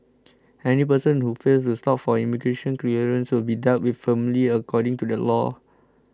any person who fails to stop for immigration clearance will be dealt with firmly according to the law